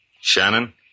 Shannon